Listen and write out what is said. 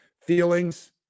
feelings